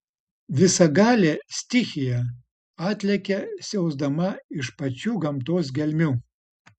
visagalė stichija atlekia siausdama iš pačių gamtos gelmių